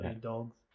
dogs